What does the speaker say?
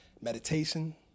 meditation